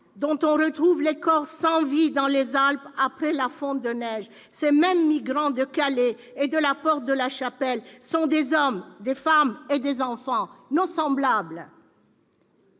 dont on retrouve le corps sans vie dans les Alpes après la fonte des neiges ; ces mêmes « migrants » de Calais et de la porte de la Chapelle sont des hommes, des femmes et des enfants, nos semblables